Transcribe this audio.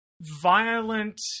violent